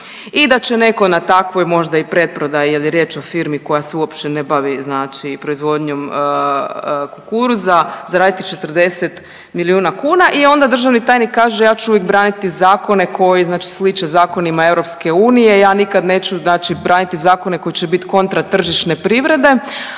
i da će neko na takvoj možda i preprodaji jer je riječ o firmi koja se uopće ne bavi znači proizvodnjom kukuruza zaraditi 40 milijuna kuna i onda državni tajnik kaže ja ću uvijek braniti zakone koji znači slične zakonima EU, ja nikad neću znači braniti zakone koji će bit kontra tržišne privrede,